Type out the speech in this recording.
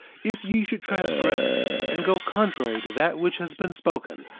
if ye should transgress and go contrary to that which has been spoken,